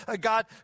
God